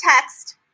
text